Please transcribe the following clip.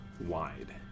wide